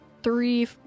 Three